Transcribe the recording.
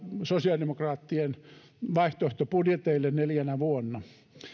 sosiaalidemokraattien vaihtoehtobudjeteille neljänä vuonna